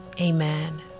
Amen